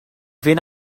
fynd